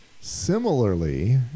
Similarly